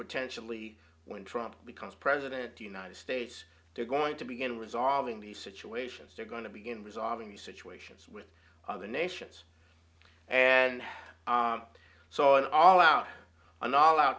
potentially when trump becomes president the united states they're going to begin resolving the situations they're going to begin resolving the situations with other nations and so it all out an all out